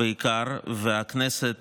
בעיקר, והכנסת